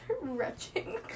retching